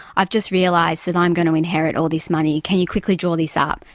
i've just realised that i'm going to inherit all this money. can you quickly draw this up?